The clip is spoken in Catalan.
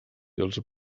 els